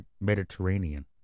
Mediterranean